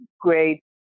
great